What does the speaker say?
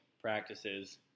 practices